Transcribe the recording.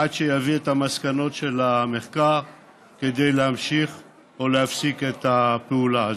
עד שיביא את מסקנות המחקר אם להמשיך או להפסיק את הפעולה הזאת.